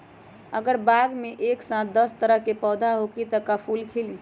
अगर बाग मे एक साथ दस तरह के पौधा होखि त का फुल खिली?